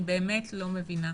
אני באמת לא מבינה,